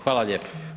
Hvala lijepa.